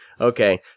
Okay